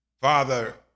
Father